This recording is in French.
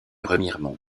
remiremont